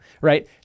right